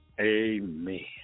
Amen